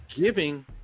giving